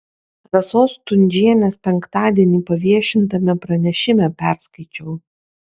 rasos stundžienės penktadienį paviešintame pranešime perskaičiau